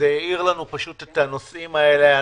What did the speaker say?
זה האיר לנו את הנושאים האלה.